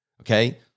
okay